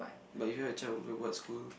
but you have a child wait what school